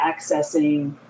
accessing